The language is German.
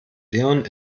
leon